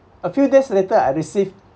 a few days later I received